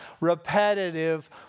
repetitive